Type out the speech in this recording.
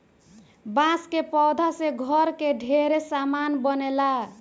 बांस के पौधा से घर के ढेरे सामान बनेला